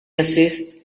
assists